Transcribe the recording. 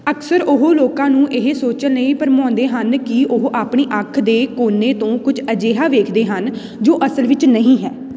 ਅਕਸਰ ਉਹ ਲੋਕਾਂ ਨੂੰ ਇਹ ਸੋਚਣ ਲਈ ਭਰਮਾਉਂਦੇ ਹਨ ਕਿ ਉਹ ਆਪਣੀ ਅੱਖ ਦੇ ਕੋਨੇ ਤੋਂ ਕੁਝ ਅਜਿਹਾ ਵੇਖਦੇ ਹਨ ਜੋ ਅਸਲ ਵਿੱਚ ਨਹੀਂ ਹੈ